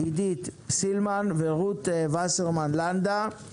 עידית סילמן ורות וסרמן לנדה.